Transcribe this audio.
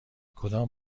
کدام